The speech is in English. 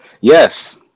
yes